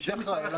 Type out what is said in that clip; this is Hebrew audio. מי שאחראי על